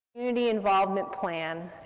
community involvement plan